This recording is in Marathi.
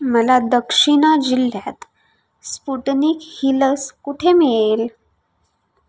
मला दक्षिणा जिल्ह्यात स्पुटनिक ही लस कुठे मिळेल